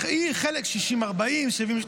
חלק 40%-60%,